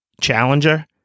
challenger